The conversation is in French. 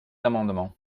amendements